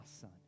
son